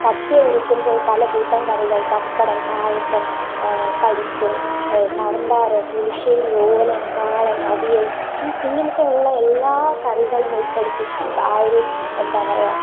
സദ്യ ഒരുക്കുമ്പോൾ പലകൂട്ടം കറികൾ പപ്പടം പായസം പരിപ്പ് സാമ്പാറ് പുളിശ്ശേരി ഓലൻ കാളൻ അവിയൽ ഈ ഇങ്ങനത്തെ ഉള്ള എല്ലാ കറികളും ഉൾപ്പെടുത്തി ആ ഒരു എന്താപറയുക